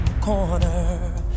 corner